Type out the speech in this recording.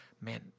man